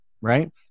Right